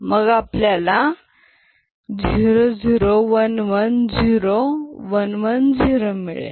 मग आपल्याला 00110110 मिळेल